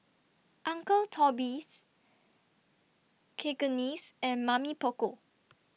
Uncle Toby's Cakenis and Mamy Poko